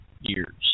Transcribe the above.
years